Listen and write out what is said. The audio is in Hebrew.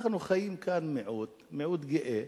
אנחנו חיים כאן כמיעוט, מיעוט גאה,